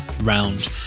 round